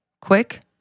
quick